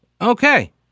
okay